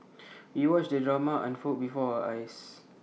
we watched the drama unfold before our eyes